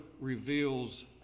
reveals